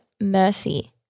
mercy